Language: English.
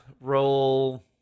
roll